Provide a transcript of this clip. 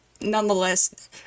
Nonetheless